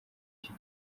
icyo